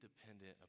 dependent